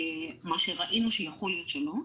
מה שראינו שיכול להיות שלא,